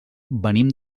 venim